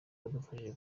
badufashije